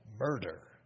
murder